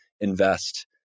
invest